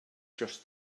just